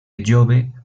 jove